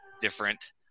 Different